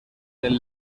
del